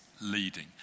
leading